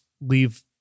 leave